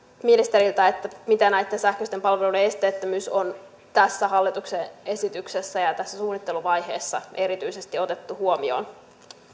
ministeriltä miten näitten sähköisten palveluiden esteettömyys on tässä hallituksen esityksessä ja tässä suunnitteluvaiheessa erityisesti otettu huomioon